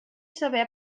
saber